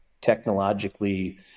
technologically